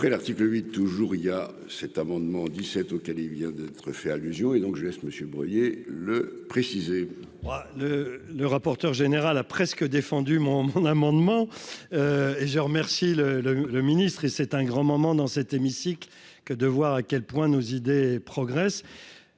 après l'article 8 toujours, il a cet amendement dix-sept auquel il vient d'être fait allusion et donc je laisse monsieur Breuiller le préciser. Le le rapporteur général a presque défendu mon mon amendement et je remercie le le le ministre et c'est un grand moment dans cet hémicycle que de voir à quel point nos idées progressent,